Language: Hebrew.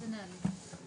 איזה נהלים אדוני?